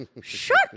Shut